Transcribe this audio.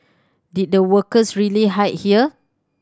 did the workers really hide here